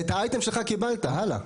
את האייטם שלך קיבלת, הלאה.